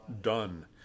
Done